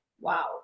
Wow